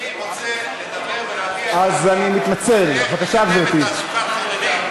אני רוצה לדבר ולהביע את דעתי איך לקדם תעסוקת חרדים.